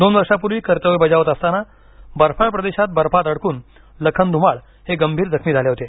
दोन वर्षापुर्वी कर्तव्य बजावत असताना बर्फाळ प्रदेशात बर्फात अडकून लखन धूमाळ हे गंभीर जखमी झाले होते